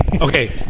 Okay